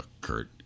Kurt